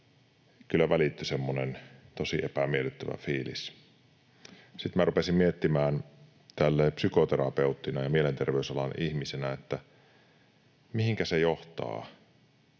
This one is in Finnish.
kyllä välittyi semmoinen tosi epämiellyttävä fiilis. Sitten minä rupesin miettimään psykoterapeuttina ja mielenterveysalan ihmisenä, että mihinkä se johtaa